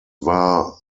war